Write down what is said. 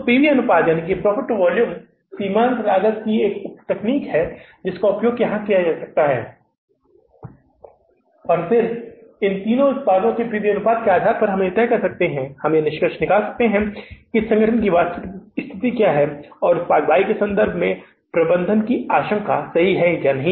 तो P V अनुपात profit to volume सीमांत लागत की एक उप तकनीक है जिसका उपयोग यहां किया जा सकता है और फिर इन तीन उत्पादों के पी वी अनुपात के आधार पर हम तय कर सकते हैं हम निष्कर्ष निकाल सकते हैं कि इस संगठन में वास्तविक स्थिति क्या है और उत्पाद Y के संबंध में प्रबंधन की आशंका सही है या नहीं